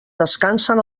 descansen